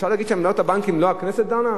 אפשר להגיד שעל עמלות הבנקים לא הכנסת דנה?